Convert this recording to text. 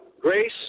grace